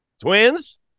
Twins